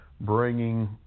bringing